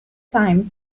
time